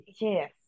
Yes